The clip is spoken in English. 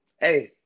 Hey